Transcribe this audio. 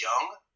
Young